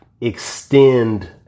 extend